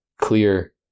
clear